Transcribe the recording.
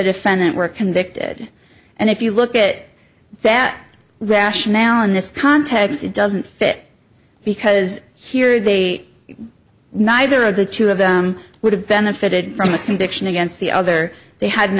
defendant were convicted and if you look at it that rationale in this context it doesn't fit because here they neither of the two of them would have benefited from a conviction against the other they had an